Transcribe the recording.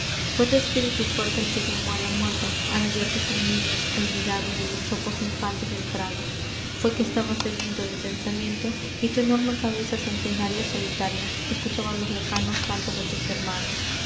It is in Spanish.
fué tu espíritu fuerte el que llamó a la muerte al hallarte sin nidos olvidado de los chopos infantes del prado fué que estabas sediento d e pensamiento y f e d e r i c o g l o r c a y tu enorme cabeza centenaria solitaria escuchaba los lejanos cantos de tus hermanos